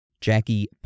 Jackie